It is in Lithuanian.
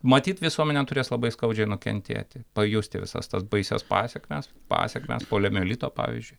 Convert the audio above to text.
matyt visuomenė turės labai skaudžiai nukentėti pajusti visas tas baisias pasekmes pasekmes poliomielito pavyzdžiui